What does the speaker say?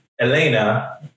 Elena